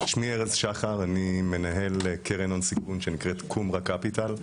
אני מנהל קרן הון סיכון שנקראת קומרה קפיטל.